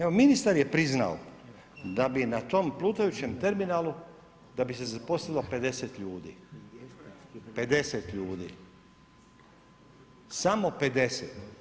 Evo ministar je priznao da bi na tom plutajućem terminalu, da bi se zaposlilo 50 ljudi, 50 ljudi, samo 50.